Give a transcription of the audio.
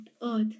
earth